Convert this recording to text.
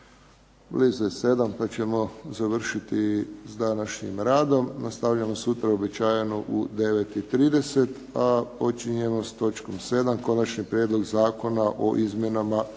Blizu je 7 pa ćemo završiti s današnjim radom. Nastavljamo sutra uobičajeno u 9,30 a počinjemo s točkom 7. Konačni prijedlog Zakona o izmjenama